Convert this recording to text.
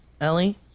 Ellie